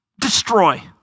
Destroy